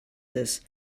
this